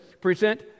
present